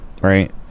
right